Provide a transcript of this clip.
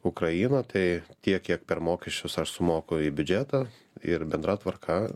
ukrainą tai tiek kiek per mokesčius aš sumoku į biudžetą ir bendra tvarka